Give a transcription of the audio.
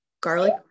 garlic